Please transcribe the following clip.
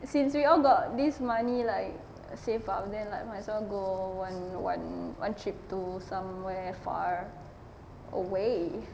since we all got this money like save up and then like might as well go one one one trip to somewhere far away